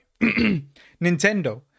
Nintendo